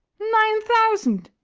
nine thousand!